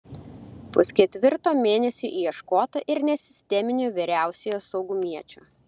pusketvirto mėnesio ieškota ir nesisteminio vyriausiojo saugumiečio